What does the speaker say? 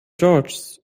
george’s